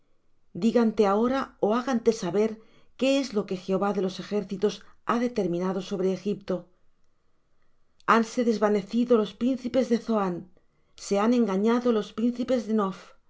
dígante ahora ó hágante saber qué es lo que jehová de los ejércitos ha determinado sobre egipto hanse desvanecido los príncipes de zoán se han engañado los príncipes de